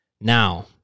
Now